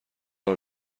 راه